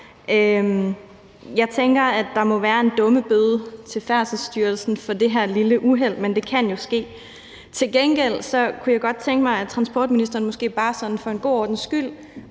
Jeg tænker, at der må være en dummebøde til Færdselsstyrelsen for det her lille uheld, men det kan jo ske. Til gengæld kunne jeg godt tænke mig, at transportministeren måske bare sådan for en god ordens skyld